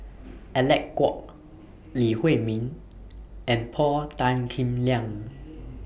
Alec Kuok Lee Huei Min and Paul Tan Kim Liang